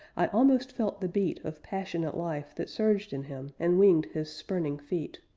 i almost felt the beat of passionate life that surged in him and winged his spurning feet.